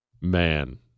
man